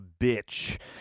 bitch